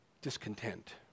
discontent